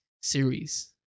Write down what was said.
series